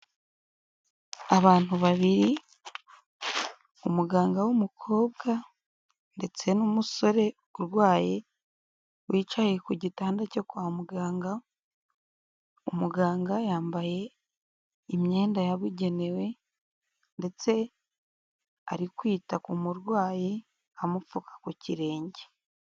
Abantu babiri umuganga w'umukobwa ndetse n'umusore urwaye wicaye ku gitanda cyo kwa muganga. Umuganga yambaye imyenda, yabugenewe ndetse ari kwita ku murwayi, amupfuka ku kirenge.